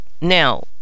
Now